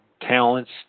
talents